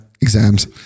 exams